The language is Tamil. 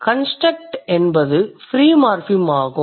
construct என்பது ஃப்ரீ மார்ஃபிம் ஆகும்